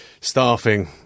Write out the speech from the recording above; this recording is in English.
Staffing